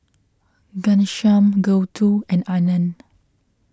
Ghanshyam Gouthu and Anand